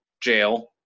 jail